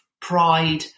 pride